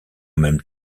même